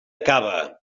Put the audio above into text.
cava